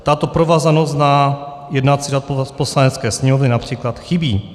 Tato provázanost na jednací řád Poslanecké sněmovny například chybí.